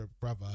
Brother